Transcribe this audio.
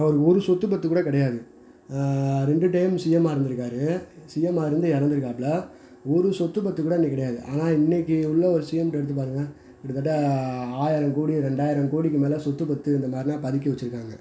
அவர் ஒரு சொத்து பத்து கூட கிடையாது ரெண்டு டைம் சிஎம்மாக இருந்துருக்காரு சிஎம்மாக இருந்து இறந்துருக்காப்ல ஒரு சொத்து பத்து கூட அன்றைக்கி கிடையாது ஆனால் இன்றைக்கி உள்ளே ஒரு சிஎம்கிட்ட எடுத்து பாருங்க கிட்டதட்ட ஆயிரம் கோடி ரெண்டாயிரம் கோடிக்கு மேலே சொத்து பத்து இந்தமாதிரிலாம் பதுக்கி வச்சிருக்காங்க